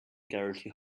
guarantee